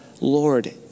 Lord